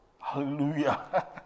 Hallelujah